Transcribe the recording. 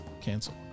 Cancel